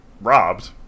robbed